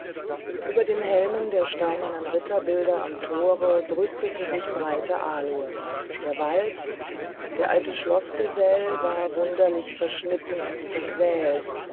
über den helmen der steinernen ritterbilder am tore brüsteten sich breite aloen der wald der alte schloßgesell war wunderlich verschnitten und